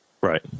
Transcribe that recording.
Right